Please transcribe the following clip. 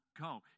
go